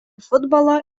futbolo